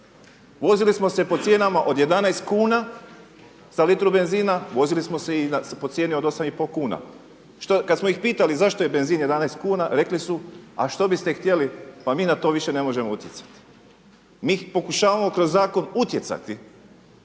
vozili smo se po cijenama od 11 kuna za litru benzina, vozili smo se i po cijeni od 8,5 kuna. Kada smo ih pitali zašto je benzin 11 kuna, rekli su a što biste htjeli pa na to više ne možemo utjecati. Mi pokušavamo kroz zakon utjecati,